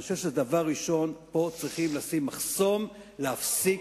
אני חושב שדבר ראשון פה צריכים לשים מחסום ולהפסיק,